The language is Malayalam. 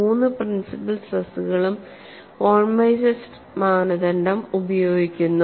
മൂന്ന് പ്രിൻസിപ്പൽ സ്ട്രെസുകളും വോൺ മിസസ് മാനദണ്ഡം ഉപയോഗിക്കുന്നു